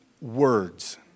words